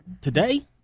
today